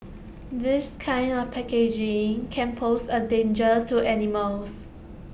this kind of packaging can pose A danger to animals